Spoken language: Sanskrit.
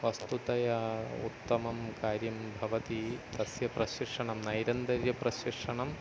वस्तुतः उत्तमं कार्यं भवति तस्य प्रशिक्षणं दैनन्दिनप्रशिक्षणम्